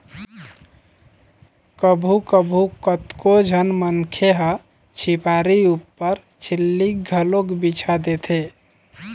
कभू कभू कतको झन मनखे ह झिपारी ऊपर झिल्ली घलोक बिछा देथे